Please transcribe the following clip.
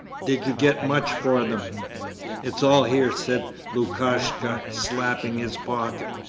did you get much for them it's all here said lukashka, slapping his pocket.